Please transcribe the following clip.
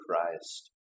Christ